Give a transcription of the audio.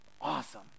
awesome